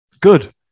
Good